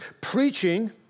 preaching